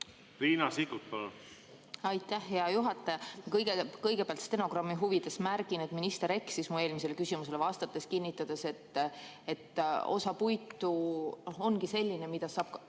Riina Sikkut, palun! Aitäh, hea juhataja! Kõigepealt ma stenogrammi huvides märgin, et minister eksis mu eelmisele küsimusele vastates, kinnitades, et osa puitu ongi selline, mida saab